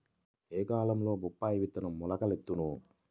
ఏ కాలంలో బొప్పాయి విత్తనం మొలకెత్తును?